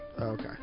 Okay